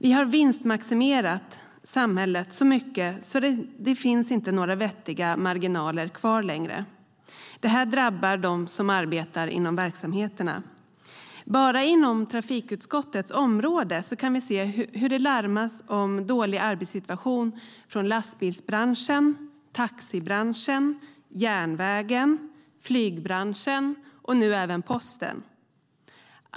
Vi har vinstmaximerat samhället så mycket att det inte finns några vettiga marginaler kvar längre. Detta drabbar dem som arbetar inom verksamheterna. Bara inom trafikutskottets område kan vi se hur det larmas om dålig arbetssituation från lastbilsbranschen, taxibranschen, järnvägen, flygbranschen och nu även från posten.